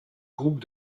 groupes